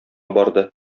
барды